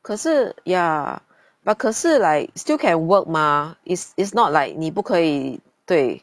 可是 ya but 可是 like still can work mah is is not like 你不可以对